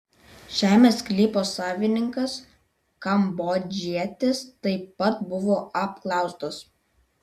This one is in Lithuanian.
žemės sklypo savininkas kambodžietis taip pat buvo apklaustas